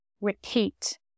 Repeat